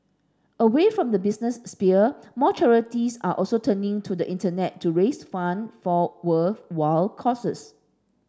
away from the business sphere more charities are also turning to the Internet to raise fund for worthwhile causes